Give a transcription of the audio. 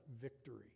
victory